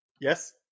Yes